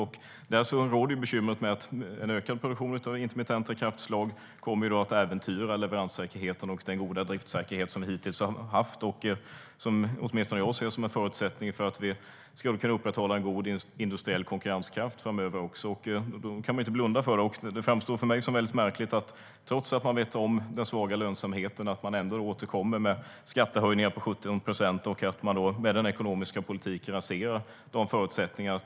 Det råder bekymmer med att en ökad produktion av intermittenta kraftslag kommer att äventyra leveranssäkerheten och den goda driftssäkerhet som vi hittills har haft och som åtminstone jag ser som en förutsättning för att vi ska kunna upprätthålla en god industriell konkurrenskraft framöver också. Då kan man inte blunda för detta. Det framstår för mig som mycket märkligt att man, trots att man vet om den svaga lönsamheten, återkommer med skattehöjningar på 17 procent och att man med den ekonomiska politiken raserar förutsättningarna.